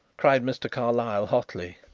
cried mr. carlyle hotly,